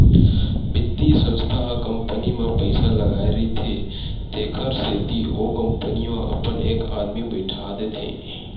बित्तीय संस्था ह कंपनी म पइसा लगाय रहिथे तेखर सेती ओ कंपनी म अपन एक आदमी बइठा देथे